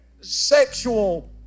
sexual